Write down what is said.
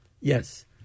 Yes